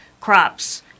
crops